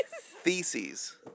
Theses